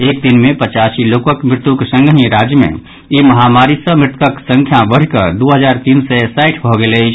एक दिन मे पचासी लोकक मृत्युक संगहि राज्य मे ई महामारी सँ मृतकक संख्या बढ़ि कऽ दू हजार तीन सय साठि भऽ गेल अछि